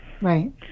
right